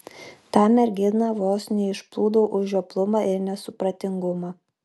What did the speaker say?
tą merginą vos neišplūdau už žioplumą ir nesupratingumą